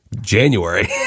January